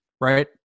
right